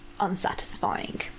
unsatisfying